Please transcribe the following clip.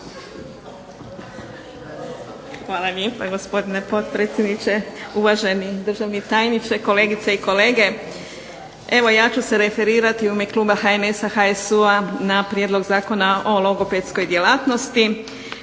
Hvala lijepa gospodine potpredsjedniče, uvaženi državni tajniče, kolegice i kolege. Ja ću se referirati u ime Kluba HNS-a HSU-a na prijedlog Zakona o logopedskoj djelatnosti